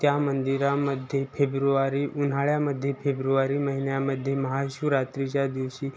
त्या मंदिरामध्ये फेब्रुवारी उन्हाळ्यामध्ये फेब्रुवारी महिन्यामध्ये महाशिवरात्रीच्या दिवशी